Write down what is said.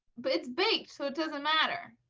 but it's baked, so it doesn't matter.